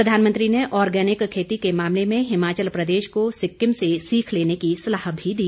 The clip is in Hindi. प्रधानमंत्री ने ऑर्गेनिक खेती के मामले में हिमाचल प्रदेश को सिक्किम से सीख लेने की सलाह भी दी